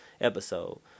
episode